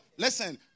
Listen